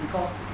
because